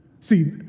See